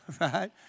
Right